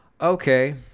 Okay